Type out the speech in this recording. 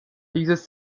dieses